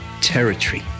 territory